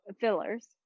fillers